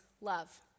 love